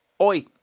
Oi